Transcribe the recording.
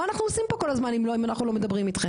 מה אנחנו עושים פה כל הזמן אם אנחנו לא מדברים איתכם?